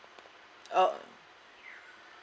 uh